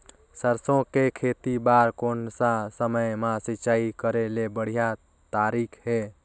सरसो के खेती बार कोन सा समय मां सिंचाई करे के बढ़िया तारीक हे?